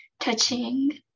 touching